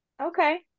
Okay